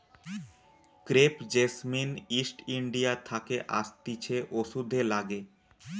crepe jasmine East India থাকে আসতিছে ওষুধে লাগে